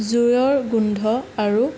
জুইৰ গোন্ধ আৰু